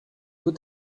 put